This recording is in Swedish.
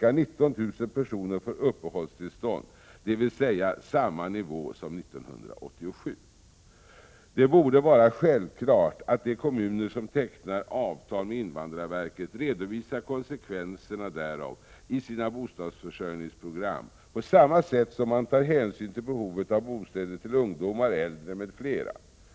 ca 19 000 personer får uppehållstillstånd, dvs. samma nivå som 1987. Det borde vara självklart att de kommuner som tecknar avtal med invandrarverket redovisar konsekvenserna därav i sina bostadsförsörjningsprogram på samma sätt som man tar hänsyn till behovet av bostäder till ungdomar, äldre m.fl.